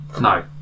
No